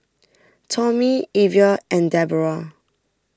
Tommy Evia and Deborrah